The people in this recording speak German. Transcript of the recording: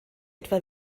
etwa